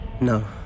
No